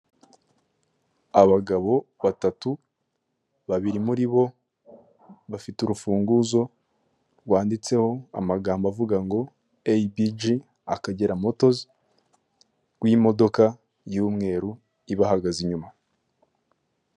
Abagabo batatu babiri muri bo bafite urufunguzo rwanditseho amagambo avuga ngo ABG Akagera motozi n'imodoka y'umweru ibahagaze inyuma .